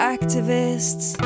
activists